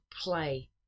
play